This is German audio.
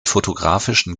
fotografischen